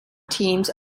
teams